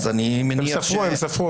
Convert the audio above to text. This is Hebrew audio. הם ספרו, הם ספרו.